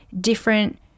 different